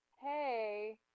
hey